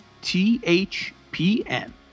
THPN